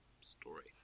story